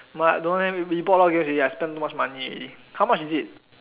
but I don't have we bought a lot of games I spent a lot of money already how much is it